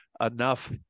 enough